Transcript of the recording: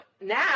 now